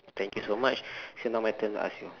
thank you so much so now my turn to ask you